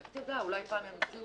לך תדע, אולי פעם ימציאו